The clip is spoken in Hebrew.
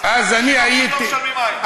אחוז לא משלמים מים,